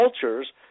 cultures